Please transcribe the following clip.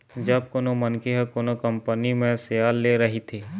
जब कोनो मनखे ह कोनो कंपनी म सेयर ले रहिथे